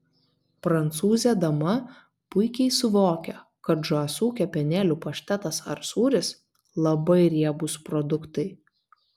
prancūzė dama puikiai suvokia kad žąsų kepenėlių paštetas ar sūris labai riebūs produktai